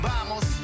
Vamos